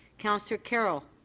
councillor carroll.